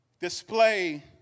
display